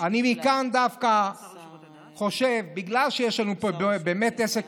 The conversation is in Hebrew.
אני מכאן דווקא חושב שבגלל שיש לנו עסק